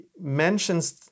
mentions